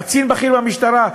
קצין בכיר במשטרה,